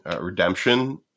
redemption